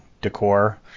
decor